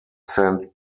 saint